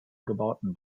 gebauten